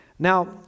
Now